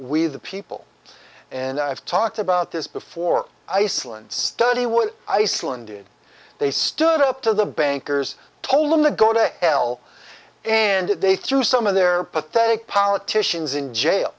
we the people and i've talked about this before iceland study what iceland did they stood up to the bankers told them to go to hell and they threw some of their pathetic politicians in jail